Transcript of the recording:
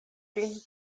ĝin